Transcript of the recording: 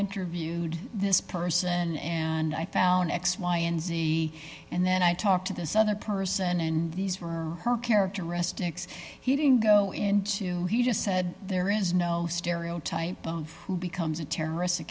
interviewed this person and i found x y and z and then i talked to this other person and these were her characteristics he didn't go into he just said there is no stereotype of who becomes a terrorist